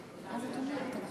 ההסתייגות (24)